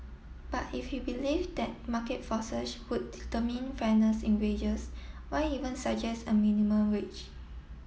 but if you believe that market forces would determine fairness in wages why even suggest a minimum wage